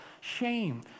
shame